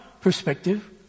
perspective